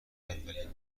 اولین